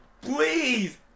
Please